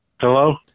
Hello